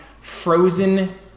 frozen